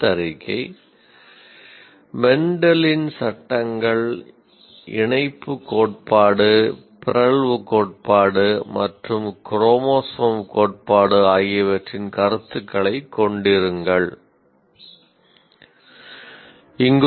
அடுத்த அறிக்கை 'மெண்டலின் சட்டங்கள் இணைப்புக் கோட்பாடு பிறழ்வு கோட்பாடு மற்றும் குரோமோசோம் கோட்பாடு ஆகியவற்றின் கருத்துக்களைக் கொண்டிருங்கள்'